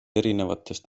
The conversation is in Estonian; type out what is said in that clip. erinevatest